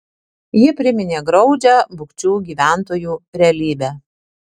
jie priminė graudžią bukčių gyventojų realybę